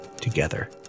Together